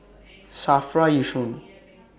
SAFRA Yishun